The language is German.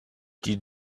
die